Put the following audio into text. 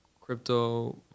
Crypto